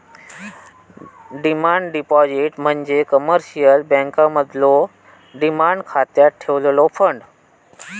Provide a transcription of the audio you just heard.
demand deposit म्हणजे commercial बँकांमधलो demand खात्यात ठेवलेलो फंड